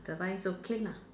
the but it's okay lah